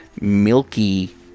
milky